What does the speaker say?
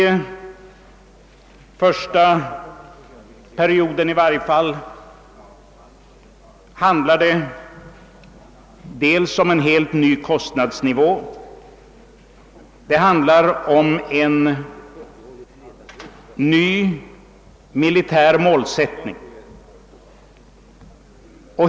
Det handlar om en helt ny kostnadsnivå och ny militär målsättning.